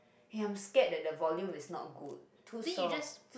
eh I'm scared that the volume is not good too soft